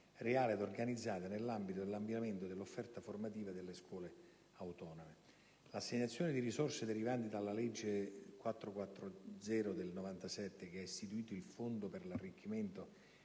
reale ed organizzata nell'ambito dell'ampliamento dell'offerta formativa delle scuole autonome. L'assegnazione di risorse derivanti dalla legge n. 440 del 1997 che ha istituito il fondo per l'arricchimento